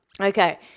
Okay